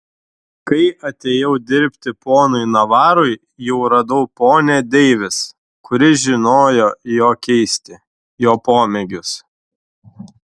kai atėjau dirbti ponui navarui jau radau ponią deivis kuri žinojo jo keisti jo pomėgius